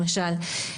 למשל,